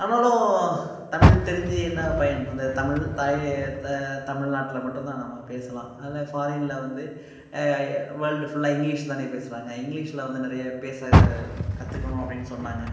ஆனாலும் தமிழ் தெரிஞ்சு என்ன பயன் அந்த தமிழ்தாயே த தமிழ்நாட்டில் மட்டும் தான் நம்ம பேசலாம் அதில் ஃபாரினில் வந்து ஐ வேர்ல்டு ஃபுல்லா இங்கிலீஷ் தானே பேசுகிறாங்க இங்கிலீஷில் வந்து நிறைய பேச கத்துக்கணும் அப்படின்னு சொன்னாங்கள்